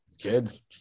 kids